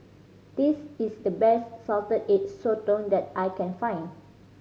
this is the best Salted Egg Sotong that I can find